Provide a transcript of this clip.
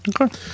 okay